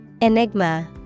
Enigma